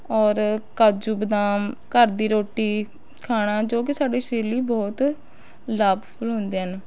ਔਰ ਕਾਜੂ ਬਦਾਮ ਘਰ ਦੀ ਰੋਟੀ ਖਾਣਾ ਜੋ ਕਿ ਸਾਡੇ ਸਰੀਰ ਲਈ ਬਹੁਤ ਲਾਭਫੁਲ ਹੁੰਦੇ ਹਨ